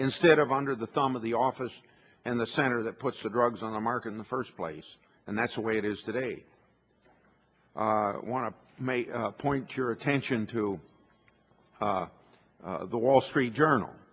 instead of under the thumb of the office and the center that puts the drugs on the market in the first place and that's the way it is today want to point your attention to the wall street journal